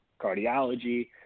cardiology